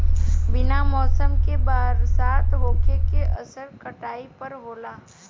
बिना मौसम के बरसात होखे के असर काटई पर होला